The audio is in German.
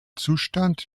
zustand